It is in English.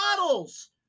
models